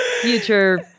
future